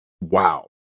Wow